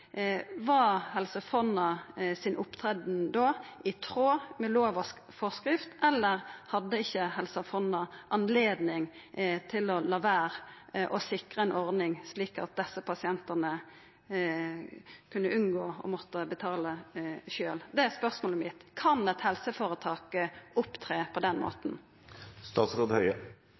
var Helse Fonna si framferd da i tråd med lovas forskrift? Eller hadde ikkje Helse Fonna anledning til å lata vera å sikra ei ordning slik at desse pasientane kunne unngå å måtta betala sjølve? Det er spørsmålet mitt. Kan eit helseføretak opptre på den